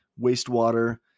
wastewater